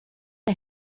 las